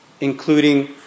including